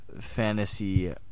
fantasy